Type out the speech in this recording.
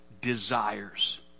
desires